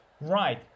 Right